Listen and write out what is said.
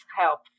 help